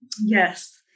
yes